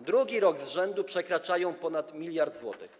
drugi rok z rzędu przekraczają 1 mld zł.